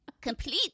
Complete